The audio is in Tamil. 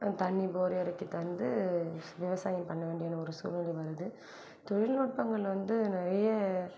தண்ணி போர் இறக்கி தந்து விவசாயம் பண்ண வேண்டிய ஒரு சூழ்நிலை வருது தொழில்நுட்பங்கள் வந்து நிறைய